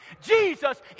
Jesus